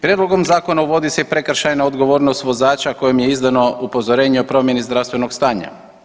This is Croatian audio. Prijedlogom zakona uvodi se i prekršajna odgovornost vozača kojem je izdano upozorenje o promjeni zdravstvenog stanja.